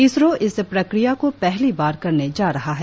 इसरों इस प्रक्रिया को पहली बार करने जा रहा है